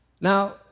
Now